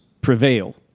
prevail